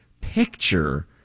picture